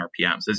RPMs